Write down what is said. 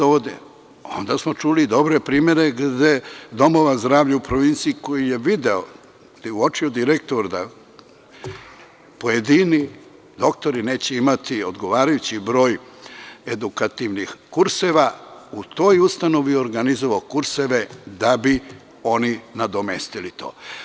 Onda smo čuli dobre primere domova zdrava u provinciji koji je video, uočio direktor da pojedini doktori neće imati odgovarajući broj edukativnih kurseva i u toj ustanovi organizovao kurseve da bi oni nadomestili to.